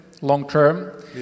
long-term